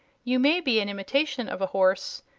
you may be an imitation of a horse,